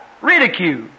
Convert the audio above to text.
ridicule